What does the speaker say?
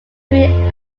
few